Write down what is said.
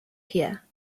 here